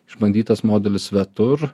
išbandytas modelis svetur